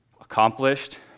accomplished